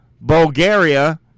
Bulgaria